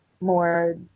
more